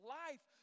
life